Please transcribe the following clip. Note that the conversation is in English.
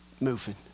moving